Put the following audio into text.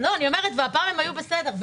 הפעם הם היו בסדר.